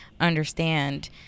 understand